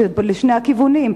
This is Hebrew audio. שזה לשני הכיוונים.